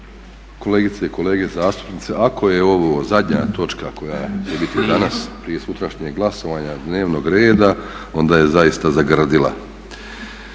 kolegice i kolege zastupnici. Ako je ovo zadnja točka koja će biti danas prije sutrašnjeg glasovanja dnevnog reda onda za zaista zagrdila.